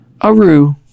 Aru